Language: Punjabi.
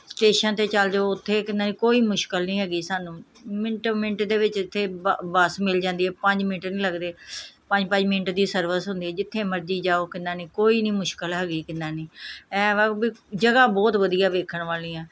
ਸਟੇਸ਼ਨ 'ਤੇ ਚੱਲ ਜਾਓ ਉੱਥੇ ਕਿੰਨਾ ਨਹੀਂ ਕੋਈ ਮੁਸ਼ਕਲ ਨਹੀਂ ਹੈਗੀ ਸਾਨੂੰ ਮਿੰਟੋਂ ਮਿੰਟ ਦੇ ਵਿੱਚ ਜਿੱਥੇ ਬ ਬੱਸ ਮਿਲ ਜਾਂਦੀ ਹੈ ਪੰਜ ਮਿੰਟ ਨਹੀਂ ਲੱਗਦੇ ਪੰਜ ਪੰਜ ਮਿੰਟ ਦੀ ਸਰਵਿਸ ਹੁੰਦੀ ਜਿੱਥੇ ਮਰਜ਼ੀ ਜਾਓ ਕਿੰਨਾ ਨਹੀਂ ਕੋਈ ਨਹੀਂ ਮੁਸ਼ਕਲ ਹੈਗੀ ਕਿੰਨਾ ਨਹੀਂ ਇਹ ਵਾ ਵੀ ਜਗ੍ਹਾ ਬਹੁਤ ਵਧੀਆ ਵੇਖਣ ਵਾਲੀਆਂ